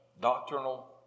doctrinal